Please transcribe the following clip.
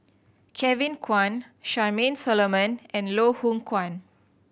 Kevin Kwan Charmaine Solomon and Loh Hoong Kwan